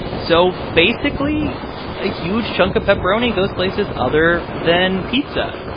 so basically a huge chunk of pepperoni goes places other than pizza.